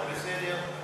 זה בסדר,